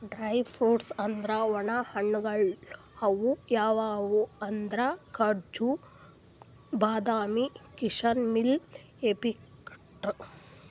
dry fruits ಅಂದ್ರ ವಣ ಹಣ್ಣ್ಗಳ್ ಅವ್ ಯಾವ್ಯಾವ್ ಅಂದ್ರ್ ಕಾಜು, ಬಾದಾಮಿ, ಕೀಶಮಿಶ್, ಏಪ್ರಿಕಾಟ್